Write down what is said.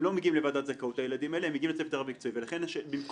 הילדים האלה לא מגיעים לוועדת זכאות אלא הם מגיעים לצוות רב מקצועי